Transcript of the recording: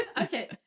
Okay